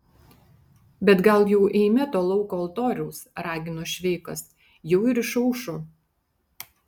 bet gal jau eime to lauko altoriaus ragino šveikas jau ir išaušo